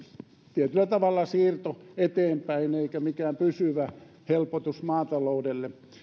tietyllä tavalla siirto eteenpäin eikä mikään pysyvä helpotus maataloudelle